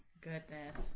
Goodness